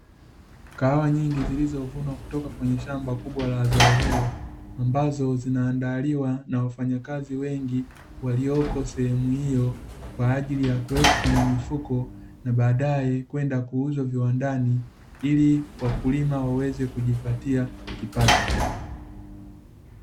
Kahawa nyingi zilizovunwa kutoka kwenye shamba kubwa la zao hilo, ambazo zinaandaliwa na wafanyakazi wengi walioko sehemu hiyo kwa ajili ya kuwekwa kwenye mifuko, na baadae kwenda kuuzwa viwandani, ili wakulima waweze kujipatia kipto.